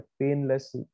painless